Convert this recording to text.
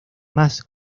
más